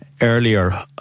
earlier